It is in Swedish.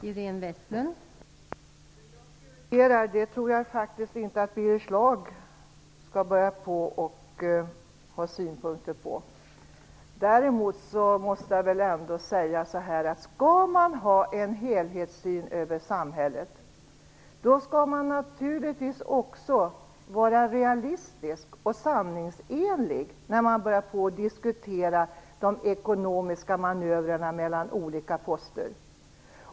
Fru talman! Hur jag prioriterar tror jag faktiskt inte att Birger Schlaug skall börja ha synpunkter på. Däremot måste jag säga att om man skall ha en helhetssyn på samhället, skall man naturligtvis också vara realistisk och sanningsenlig i en diskussion om de ekonomiska manövrerna mellan olika poster.